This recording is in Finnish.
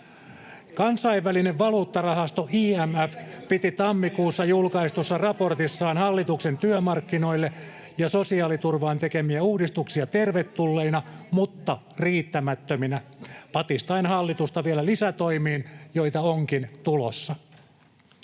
Kansainvälinen valuuttarahasto IMF piti tammikuussa julkaistussa raportissaan hallituksen työmarkkinoille ja sosiaaliturvaan tekemiä uudistuksia tervetulleina mutta riittämättöminä patistaen hallitusta vielä lisätoimiin, joita onkin tulossa.